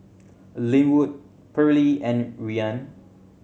Linwood Pearle and Rian